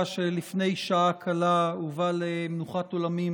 שלפני שעה קלה הובא למנוחת עולמים